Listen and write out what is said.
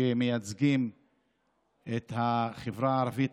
כמייצגים את החברה הערבית,